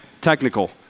Technical